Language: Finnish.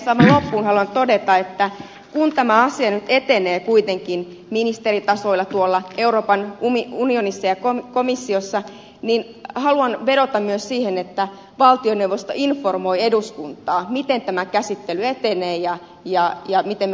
aivan loppuun haluan todeta että kun tämä asia nyt etenee kuitenkin ministeritasoilla tuolla euroopan unionissa ja komissiossa niin haluan vedota myös siihen että valtioneuvosto informoi eduskuntaa siitä miten tämä käsittely etenee ja miten me voimme edelleenkin tähän vaikuttaa